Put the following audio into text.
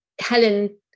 Helen